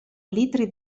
litri